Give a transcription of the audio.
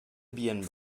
bien